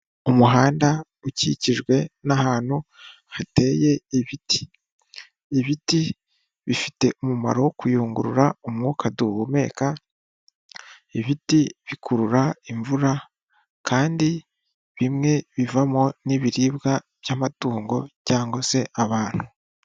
Umuhanda ukikijwe n'ahantu hateye ibiti. Ibiti bifite umumaro wo kuyungurura umwuka duhumeka ibiti bikurura imvura kandi bimwe bivamo n'ibiribwa by'amatungo cyangwa se abantu.